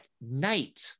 night